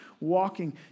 walking